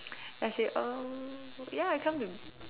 and I said um ya I come to